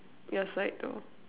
your side or